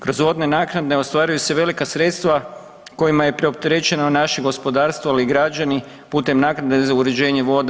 Kroz vodne naknade ostvaraju se velika sredstva kojima je preopterećeno naše gospodarstvo, ali i građani putem naknade za uređenje voda.